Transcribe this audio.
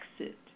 exit